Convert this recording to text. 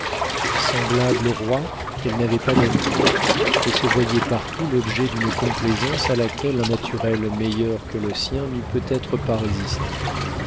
semblable aux rois elle n'avait pas d'amis et se voyait partout l'objet d'une complaisance à laquelle un naturel meilleur que le sien n'eût peut-être pas résisté